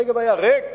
הנגב היה ריק,